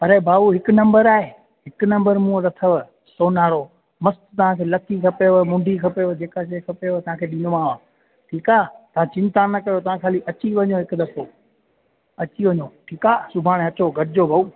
अरे भाऊ हिकु नम्बर आहे हिकु नम्बर मूं वटि अथव सोनारो मस्तु तव्हांखे लसी खपेव मुंडी खपेव जेका शइ खपेव उहो तव्हांखे ॾींदोमांव ठीकु आहे तव्हां चिंता न कयो तव्हां खाली अची वञो हिकु दफ़ो अची वञो ठीकु आहे सुभाणे अचो गॾिजो भाऊ